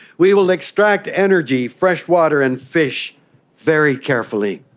we will extract energy, fresh water and fish very carefully.